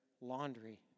laundry